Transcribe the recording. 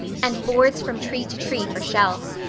and boards from tree to tree for shelves.